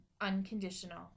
unconditional